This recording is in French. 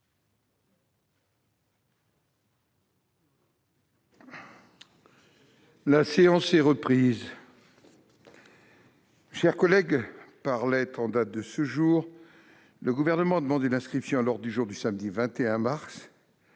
La séance est reprise. Par lettre en date de ce jour, le Gouvernement demande l'inscription à l'ordre du jour du samedi 21 mars,